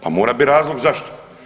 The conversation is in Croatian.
Pa mora bit razlog zašto?